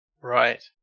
Right